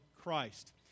Christ